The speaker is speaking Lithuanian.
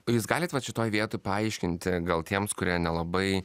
o jūs galit vat šitoj vietoj paaiškinti gal tiems kurie nelabai